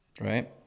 right